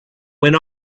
went